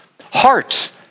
heart